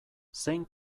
zein